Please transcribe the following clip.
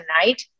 tonight